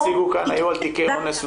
--- הנתונים שהציגו כאן היו על תיקי אונס,